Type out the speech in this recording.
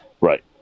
Right